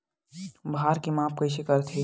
भार के माप कइसे करथे?